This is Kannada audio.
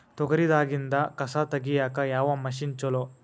ತೊಗರಿ ದಾಗಿಂದ ಕಸಾ ತಗಿಯಕ ಯಾವ ಮಷಿನ್ ಚಲೋ?